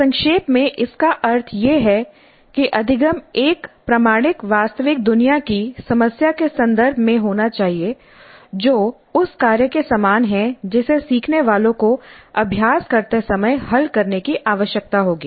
संक्षेप में इसका अर्थ यह है कि अधिगम एक प्रामाणिक वास्तविक दुनिया की समस्या के संदर्भ में होना चाहिए जो उस कार्य के समान है जिसे सीखने वालों को अभ्यास करते समय हल करने की आवश्यकता होगी